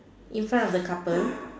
in front of the couple